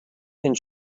and